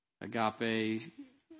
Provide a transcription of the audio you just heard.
Agape